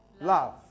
Love